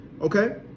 okay